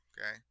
Okay